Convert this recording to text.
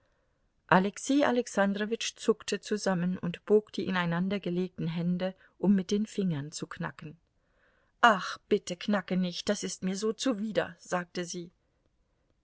alexei alexandrowitsch zuckte zusammen und bog die ineinandergelegten hände um mit den fingern zu knacken ach bitte knacke nicht das ist mir so zuwider sagte sie